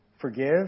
forgive